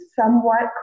somewhat